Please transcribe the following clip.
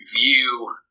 view